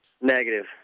Negative